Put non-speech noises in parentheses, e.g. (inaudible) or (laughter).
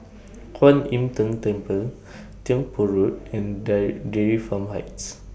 Kwan Im Tng Temple (noise) Tiong Poh Road and De Dairy Farm Heights